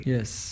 Yes